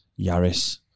Yaris